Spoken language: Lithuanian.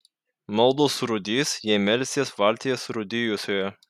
maldos surūdys jei melsies valtyje surūdijusioje